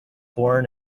born